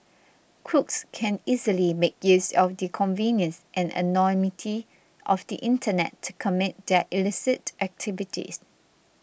crooks can easily make use of the convenience and anonymity of the internet to commit their illicit activities